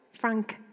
Frank